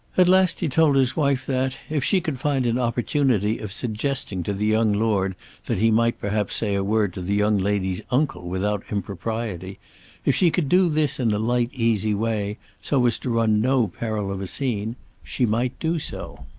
at last he told his wife that, if she could find an opportunity of suggesting to the young lord that he might perhaps say a word to the young lady's uncle without impropriety if she could do this in a light easy way, so as to run no peril of a scene she might do so.